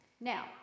Now